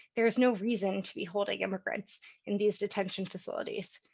there is no reason to be holding immigrants in these detention facilities.